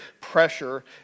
pressure